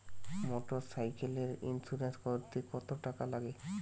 মোটরসাইকেলের ইন্সুরেন্স করতে কত টাকা লাগে?